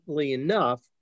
enough